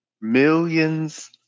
Millions